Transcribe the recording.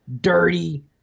dirty